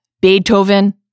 Beethoven